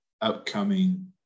upcoming